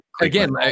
Again